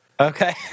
Okay